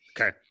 Okay